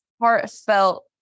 heartfelt